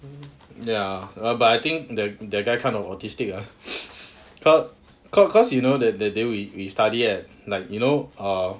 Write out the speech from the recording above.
ya lah but I think the the guy kind of autistic lah cause cause you know that the day we we study at like you know err